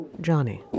Johnny